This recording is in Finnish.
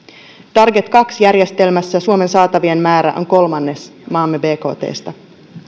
target kaksi järjestelmässä suomen saatavien määrä on kolmannes maamme bktstä